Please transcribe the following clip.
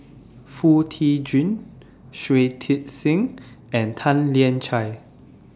Foo Tee Jun Shui Tit Sing and Tan Lian Chye